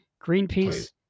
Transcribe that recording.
Greenpeace